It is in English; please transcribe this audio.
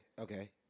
Okay